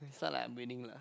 is not like I'm winning lah